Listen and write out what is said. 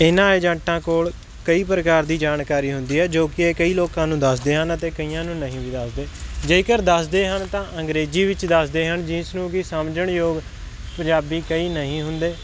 ਇਹਨਾਂ ਏਜੰਟਾਂ ਕੋਲ ਕਈ ਪ੍ਰਕਾਰ ਦੀ ਜਾਣਕਾਰੀ ਹੁੰਦੀ ਹੈ ਜੋ ਕਿ ਇਹ ਕਈ ਲੋਕਾਂ ਨੂੰ ਦੱਸਦੇ ਹਨ ਅਤੇ ਕਈਆਂ ਨੂੰ ਨਹੀਂ ਵੀ ਦੱਸਦੇ ਜੇਕਰ ਦੱਸਦੇ ਹਨ ਤਾਂ ਅੰਗਰੇਜ਼ੀ ਵਿੱਚ ਦੱਸਦੇ ਹਨ ਜਿਸ ਨੂੰ ਕਿ ਸਮਝਣ ਯੋਗ ਪੰਜਾਬੀ ਕਈ ਨਹੀਂ ਹੁੰਦੇ